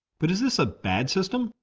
but is this a bad system?